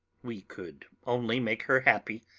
we could only make her happy,